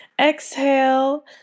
Exhale